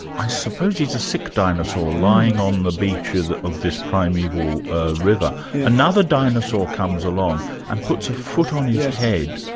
i suppose it is a sick dinosaur lying on the beach of this primeval ah river. another dinosaur comes along and puts a foot on his head,